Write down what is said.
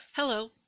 Hello